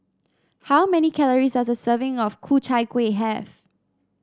how many calories does a serving of Ku Chai Kuih have